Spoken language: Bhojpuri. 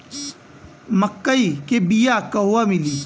मक्कई के बिया क़हवा मिली?